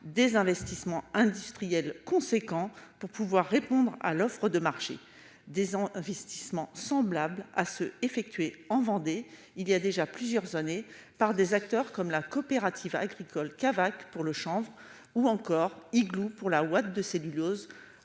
des investissements industriels conséquent pour pouvoir répondre à l'offre de marché des en investissement semblables à ceux effectués en Vendée, il y a déjà plusieurs années par des acteurs comme la coopérative agricole Caval pour le chanvre ou encore igloo pour la ouate de cellulose